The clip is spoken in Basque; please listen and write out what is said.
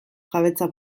jabetza